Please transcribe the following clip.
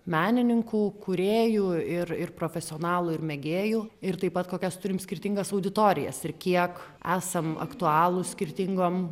menininkų kūrėjų ir ir profesionalų ir mėgėjų ir taip pat kokias turim skirtingas auditorijas ir kiek esam aktualūs skirtingom